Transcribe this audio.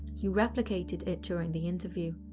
he replicated it during the interview.